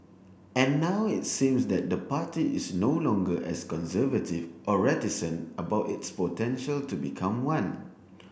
and now it seems that the party is no longer as conservative or reticent about its potential to become one